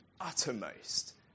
uttermost